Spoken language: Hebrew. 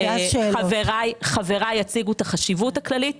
חבריי יציגו את החשיבות הכללית